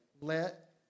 let